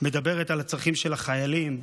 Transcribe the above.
מדברת על הצרכים של החיילים,